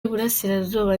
burasirazuba